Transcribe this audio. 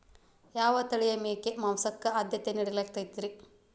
ಯಾವ ತಳಿಯ ಮೇಕೆ ಮಾಂಸಕ್ಕ, ಆದ್ಯತೆ ನೇಡಲಾಗತೈತ್ರಿ?